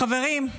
חברים,